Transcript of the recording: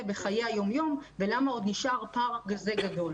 בחיי היומיום ולמה עוד נשאר פער כזה גדול